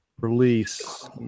release